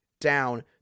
down